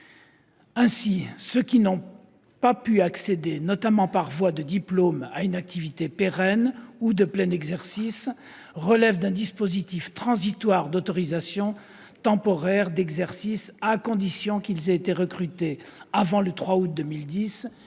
Ainsi, ceux qui n'ont pas pu accéder, notamment par voie de diplôme, à une activité pérenne ou de plein exercice, relèvent d'un dispositif transitoire d'autorisation temporaire d'exercice, à condition qu'ils aient été recrutés avant le 3 août 2010